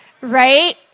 right